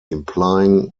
implying